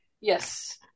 yes